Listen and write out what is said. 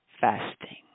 fasting